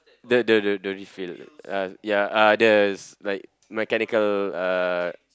the the the the refill uh ya uh there's like mechanical uh